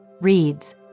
reads